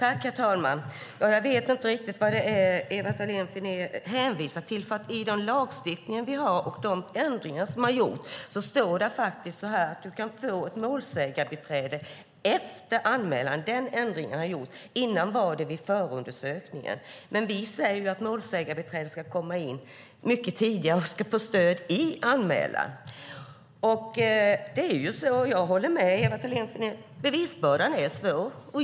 Herr talman! Jag vet inte riktigt vad Ewa Thalén Finné hänvisar till. I den lagstiftning vi har, med de ändringar som gjorts, står det att man kan få ett målsägandebiträde efter anmälan. Den ändringen har gjorts. Tidigare var det vid förundersökningen. Vi säger att målsägandebiträde ska komma in mycket tidigare och ska få stöd i anmälan. Jag håller med Ewa Thalén Finné om att bevisbördan är svår.